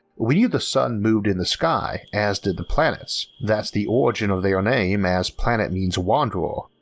we knew the sun moved in the sky, as did the planets, that's the origin of their name as planet means wanderer.